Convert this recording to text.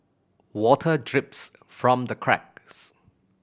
water drips from the cracks